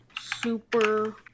Super